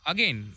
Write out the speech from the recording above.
Again